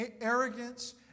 arrogance